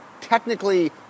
technically